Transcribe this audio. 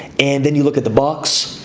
and then you look at the box,